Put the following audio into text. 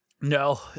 No